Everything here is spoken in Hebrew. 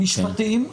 משפטים,